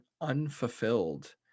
unfulfilled